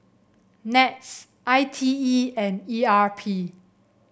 NETS I T E and E R P